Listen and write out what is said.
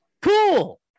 cool